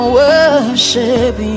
worship